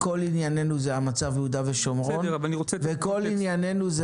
כל ענייננו זה המצב ביהודה ושומרון וכל עניינינו זה